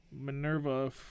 minerva